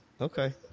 Okay